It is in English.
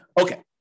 Okay